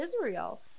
israel